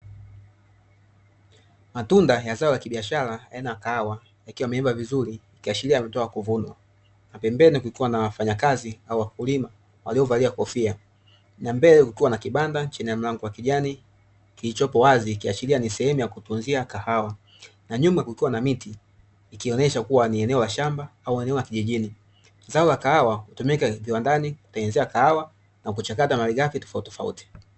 Matunda ya zao la kibiashara aina ya kahawa, yakiwa yameiva vizuri yakiashiria yametoka kuvunwa, na pembeni kukiwa na wafanyakazi au wakulima waliovalia kofia. Mbele kukiwa na kibanda chenye mlango wa kijani kilichopo wazi ikiashiria ni sehemu ya kutunzia kahawa. Na nyuma kukiwa na miti ikionyesha kuwa ni eneo la shamba au la kijijni. Zao la kawaha hutumika kiwandani kutengeneza kahawa na kuchakata malighafi tofautitofauti.